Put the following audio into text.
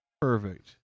Perfect